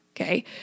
Okay